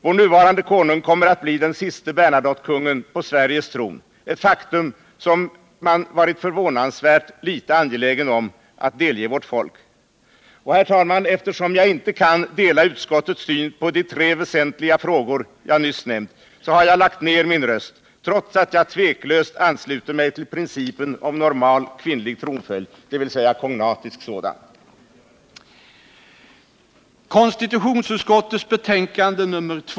Vår nuvarande konung kommer att bli den siste Bernadottekungen på Sveriges tron, ett faktum som man varit förvånansvärt litet angelägen om att delge vårt folk. Herr talman! Eftersom jag inte kan dela utskottets syn på de tre väsentliga frågor jag nyss nämnt, har jag lagt ned min röst, trots att jag tveklöst ansluter mig till principen om normal kvinnlig tronföljd, dvs. kognatisk sådan.